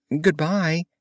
Goodbye